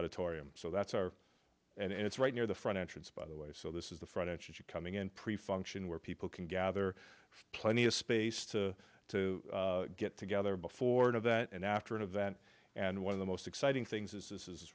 auditorium so that's our and it's right near the front entrance by the way so this is the front you coming in pre function where people can gather plenty of space to to get together before an event and after an event and one of the most exciting things is this is